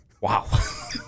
Wow